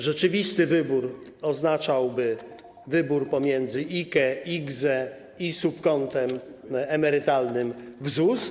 Rzeczywisty wybór oznaczałby wybór pomiędzy IKE, IKZE i subkontem emerytalnym w ZUS.